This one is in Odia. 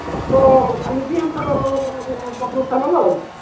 ଆମର ତ ଚାଲିଛି ଆମର ଆଉ ପ୍ରଫୁଲ୍ଲ ସାମଲ ଆଉ